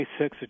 26